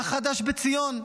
מה חדש בציון?